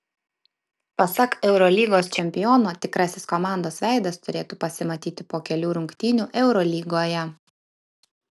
pasak eurolygos čempiono tikrasis komandos veidas turėtų pasimatyti po kelių rungtynių eurolygoje